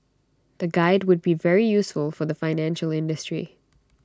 the guide would be very useful for the financial industry